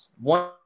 one